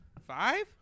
Five